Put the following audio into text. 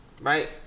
right